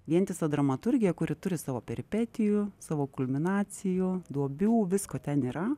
vientisą dramaturgiją kuri turi savo peripetijų savo kulminacijų duobių visko ten yra